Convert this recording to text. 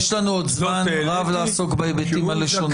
יש לנו עוד זמן רב לעסוק בהיבטים הלשוניים.